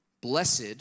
Blessed